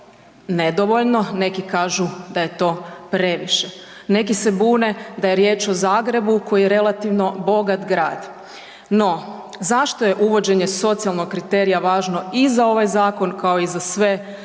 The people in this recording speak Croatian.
Neki se bune da je riječ o Zagrebu koji je relativno bogat grad. No, zašto je uvođenje socijalnog kriterija važno i za ovaj zakon kao i za sve zakone